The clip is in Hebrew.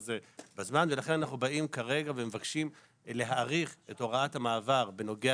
הזה בזמן ולכן אנחנו באים כרגע ומבקשים להאריך את הוראת המעבר בנוגע